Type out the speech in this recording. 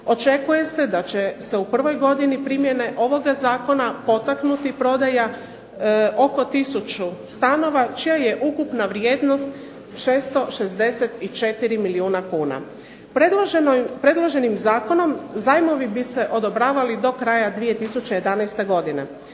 Očekuje se da će se u prvoj godini primjene ovoga zakona potaknuti prodaja oko tisuću stanova, čija je ukupna vrijednost 664 milijuna kuna. Predloženim zakonom zajmovi bi se odobravali do kraja 2011. godine.